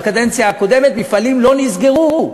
בקדנציה הקודמת מפעלים לא נסגרו.